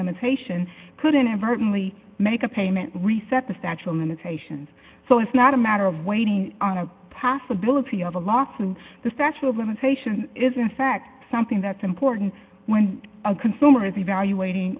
limitation could inadvertently make a payment reset the statue of limitations so it's not a matter of waiting on a possibility of a lawsuit the statue of limitations is in fact something that's important when a consumer is evaluating